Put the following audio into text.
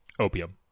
opium